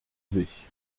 sich